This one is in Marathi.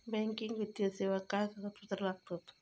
बँकिंग वित्तीय सेवाक काय कागदपत्र लागतत?